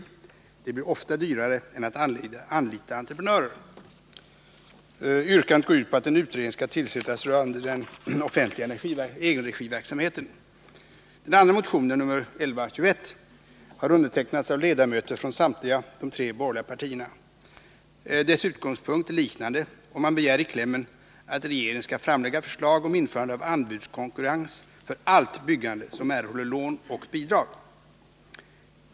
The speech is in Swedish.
Det blir ofta dyrare än att anlita entreprenörer. I motionen yrkas att en utredning skall tillsättas rörande den offentliga egenregiverksamheten. Den andra motionen, nr 1121, har undertecknats av ledamöter från samtliga de tre borgerliga partierna. Dess utgångspunkt är liknande, och man begär i klämmen att regeringen skall framlägga förslag om införande av anbudskonkurrens för allt byggande som erhåller lån och bidrag.